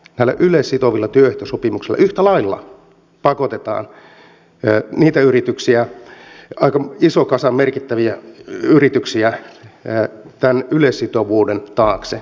näillä yleissitovilla työehtosopimuksilla yhtä lailla pakotetaan niitä yrityksiä aika iso kasa merkittäviä yrityksiä tämän yleissitovuuden taakse